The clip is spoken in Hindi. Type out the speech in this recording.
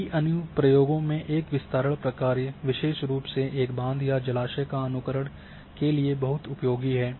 कई अनुप्रयोगों में एक विस्तारण प्रक्रिया विशेष रूप से एक बांध या जलाशय का अनुकरण के लिए बहुत उपयोगी है